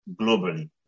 globally